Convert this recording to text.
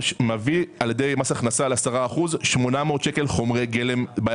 מביא ל-800 שקל חומרי גלם.